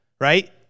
right